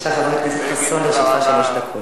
בבקשה, חבר הכנסת חסון, לרשותך שלוש דקות.